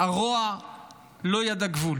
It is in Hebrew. הרוע לא ידע גבול